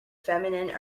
feminine